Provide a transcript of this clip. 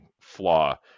flaw